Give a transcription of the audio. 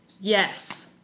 Yes